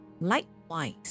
Likewise